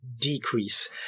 decrease